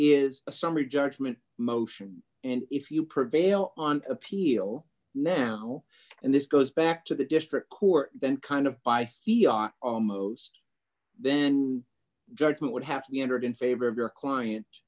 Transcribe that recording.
is a summary judgment motion and if you prevail on appeal now and this goes back to the district court then kind of by theone almost then judgment would have to be entered in favor of your client